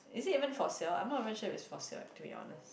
is it even for sale I'm not sure it's even for sale eh to be honest